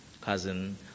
cousin